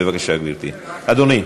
בבקשה, אדוני.